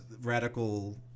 radical